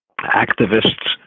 activists